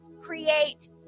create